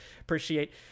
appreciate